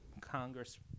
Congress